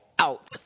out